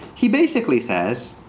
he basically says,